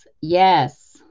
Yes